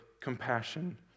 compassion